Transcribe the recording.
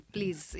Please